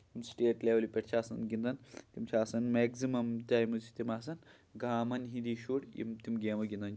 یِم سِٹیٹ لیولہِ پٮ۪ٹھ چھِ آسان گِندن تِم چھِ آسان میکزِمم ٹایمٕز چھِ تِم آسان گامن ہِندی شُرۍ یِم تِم گیمہٕ گندان چھِ